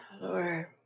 Lord